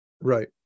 right